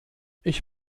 ich